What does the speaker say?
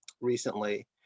recently